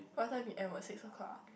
what time you end about six o-clock ah